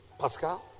Pascal